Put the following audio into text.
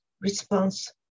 response